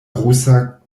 rusa